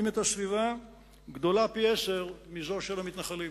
את הסביבה גדולה פי-עשרה מזו של המתנחלים.